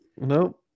No